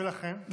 ולכן,